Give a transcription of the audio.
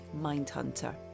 Mindhunter